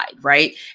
right